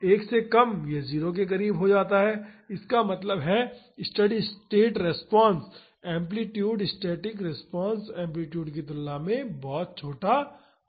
1 से कम यह 0 के करीब हो जाता है इसका मतलब हैस्टेडी state response amplitude static response amplitude की तुलना में बहुत छोटा होगा